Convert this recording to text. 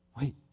wait